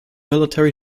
military